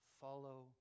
follow